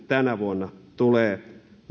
tänä vuonna tulee